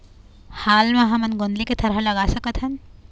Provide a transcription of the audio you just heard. हाल मा हमन गोंदली के थरहा लगा सकतहन?